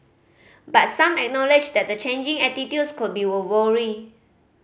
but some acknowledged that the changing attitudes could be a worry